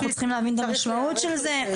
אנחנו צריכים להבין את המשמעות של זה,